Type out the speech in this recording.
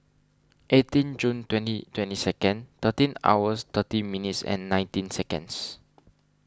eighteen June twenty twenty second thirteen hours thirty minutes and nineteen seconds